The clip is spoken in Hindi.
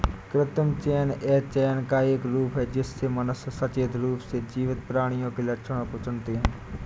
कृत्रिम चयन यह चयन का एक रूप है जिससे मनुष्य सचेत रूप से जीवित प्राणियों के लक्षणों को चुनते है